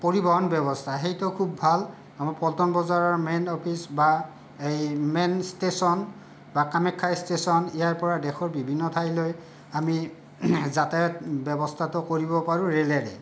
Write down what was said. পৰিৱহণ ব্যৱস্থা সেইটো খুব ভাল আমাৰ পল্টন বজাৰৰ মেইন অফিচ বা এই মেইন ষ্টেচন বা কামাখ্যা ষ্টেচন ইয়াৰ পৰা দেশৰ বিভিন্ন ঠাইলৈ আমি যাতায়ত ব্যৱস্থাটো কৰিব পাৰো ৰেলেৰে